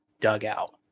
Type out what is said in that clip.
dugout